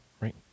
right